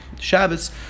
Shabbos